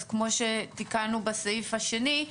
אז כמו שתיקנו בסעיף השני,